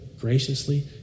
graciously